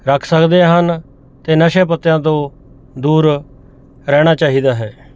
ਰੱਖ ਸਕਦੇ ਹਨ ਅਤੇ ਨਸ਼ੇ ਪੱਤਿਆਂ ਤੋਂ ਦੂਰ ਰਹਿਣਾ ਚਾਹੀਦਾ ਹੈ